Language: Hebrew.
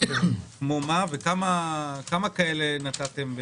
כמו מה וכמה כאלה נתתם ב-2021?